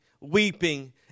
weeping